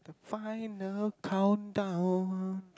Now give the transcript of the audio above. final countdown